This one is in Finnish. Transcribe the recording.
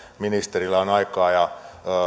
ministerillä on aikaa ja